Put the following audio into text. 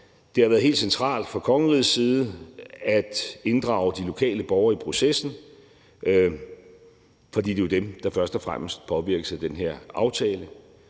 Det har været helt centralt fra kongerigets side at inddrage de lokale borgere i processen, fordi det jo er dem, der først og fremmest påvirkes af den her aftale,